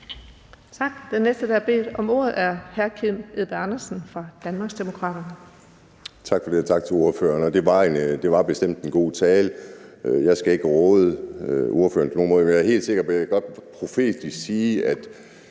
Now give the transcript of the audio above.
Tak. Den næste, der har bedt om ordet, er hr. Kim Edberg Andersen fra Danmarksdemokraterne. Kl. 14:00 Kim Edberg Andersen (DD): Tak for det. Og tak til ordføreren. Det var bestemt en god tale. Jeg skal ikke råde ordføreren på nogen måde, men jeg kan godt profetisk sige